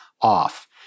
off